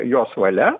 jos valia